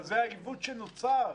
אבל זה העיוות שנוצר.